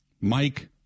Mike